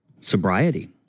sobriety